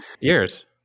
Years